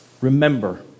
Remember